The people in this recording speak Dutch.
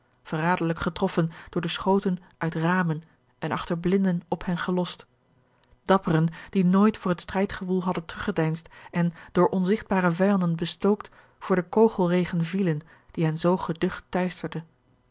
verraderlijk getroffen door de schoten uit ramen en achter blinden op hen gelost dapperen die nooit voor het strijdgewoel hadden teruggedeinsd en door onzigtbare vijanden bestookt voor den kogelregen vielen die hen zoo geducht